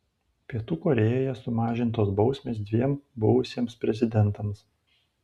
pietų korėjoje sumažintos bausmės dviem buvusiems prezidentams